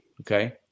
Okay